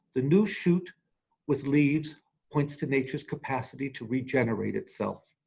the new shoot with leaves points to nature's capacity to regenerate itself.